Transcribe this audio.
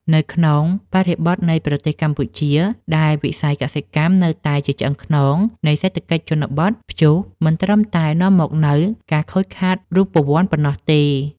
នៅក្នុងបរិបទនៃប្រទេសកម្ពុជា ដែលវិស័យកសិកម្មនៅតែជាឆ្អឹងខ្នងនៃសេដ្ឋកិច្ចជនបទ ព្យុះមិនត្រឹមតែនាំមកនូវការខូចខាតរូបវន្តប៉ុណ្ណោះទេ។